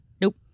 Nope